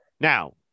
Now